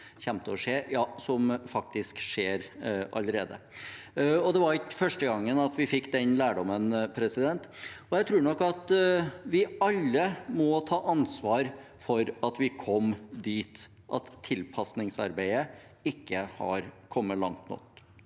som faktisk skjer allerede. Det var ikke første gangen vi fikk den lærdommen. Jeg tror nok at vi alle må ta ansvar for at vi kom dit, at tilpasningsarbeidet ikke har kommet langt nok.